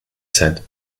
said